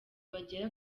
bagera